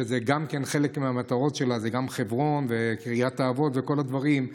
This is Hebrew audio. שחלק מהמטרות שלה זה חברון וקריית האבות וכל הדברים.